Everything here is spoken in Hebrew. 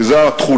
כי זו התכולה,